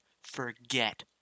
forget